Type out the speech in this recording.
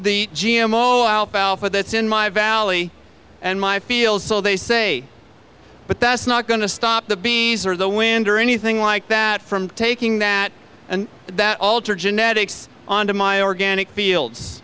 the g m o alfalfa that's in my valley and my field so they say but that's not going to stop the bees or the wind or anything like that from taking that and that alter genetics on to my organic fields